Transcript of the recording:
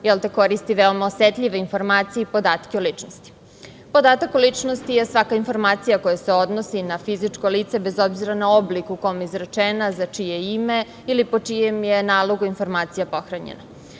radu koristi veoma osetljive informacije i podatke o ličnosti. Podatak o ličnosti je svaka informacija koja se odnosi na fizičko lice, bez obzira na oblik u kom je izrečena, za čije ime ili po čijem je nalogu informacija pohranjena.